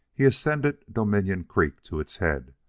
he ascended dominion creek to its head,